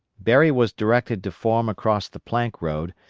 berry was directed to form across the plank road,